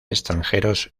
extranjeros